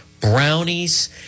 brownies